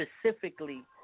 Specifically